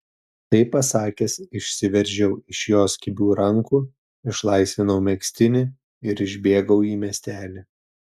tai pasakęs išsiveržiau iš jos kibių rankų išlaisvinau megztinį ir išbėgau į miestelį